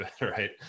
right